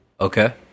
Okay